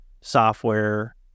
software